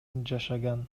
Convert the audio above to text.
жашаган